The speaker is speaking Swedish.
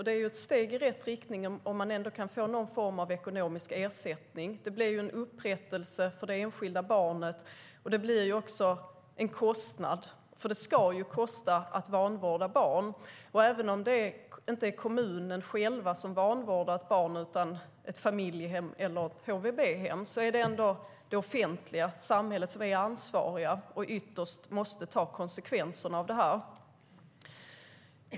Det är ett steg i rätt riktning om man ändå kan få någon form av ekonomisk ersättning. Det blir en upprättelse för det enskilda barnet, och det blir också en kostnad. Det ska nämligen kosta att vanvårda barn. Och även om det inte är kommunen som vanvårdar ett barn utan ett familjehem eller ett HVB-hem är det ändå det offentliga samhället som är ansvarigt och ytterst måste ta konsekvenserna av det här.